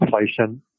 inflation